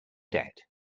debt